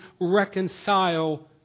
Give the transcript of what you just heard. reconcile